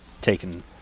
taken